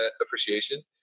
appreciation